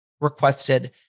requested